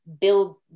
build